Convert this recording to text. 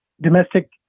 domestic